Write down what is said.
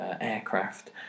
aircraft